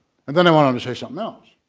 and then i went on to say something else.